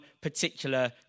particular